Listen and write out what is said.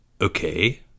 Okay